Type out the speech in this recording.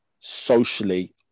socially